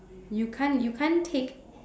you can't you can't take